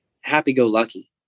happy-go-lucky